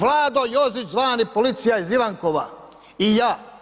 Vlado Jozić zvani Policija iz Ivankova i ja.